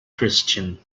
christian